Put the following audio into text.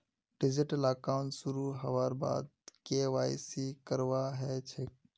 digital account शुरू हबार बाद के.वाई.सी करवा ह छेक